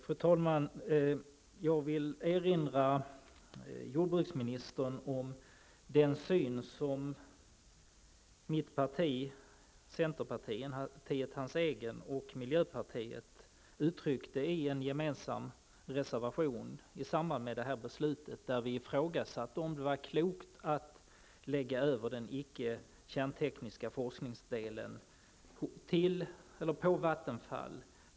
Fru talman! Jag vill erinra jordbruksministern om den syn som mitt parti, jordbruksministerns eget parti -- centern -- och miljöpartiet i samband med det här beslutet har uttryckt i en gemensam reservation, där vi ifrågasätter om det är klokt att lägga över den icke kärntekniska forskningsdelen på Vattenfall.